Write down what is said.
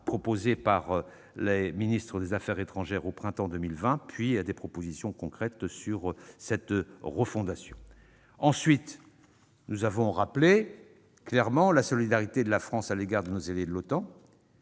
proposé par les ministres des affaires étrangères au printemps de 2020, puis à des propositions concrètes. Ensuite, nous avons rappelé clairement la solidarité de la France à l'égard de nos alliés de l'OTAN.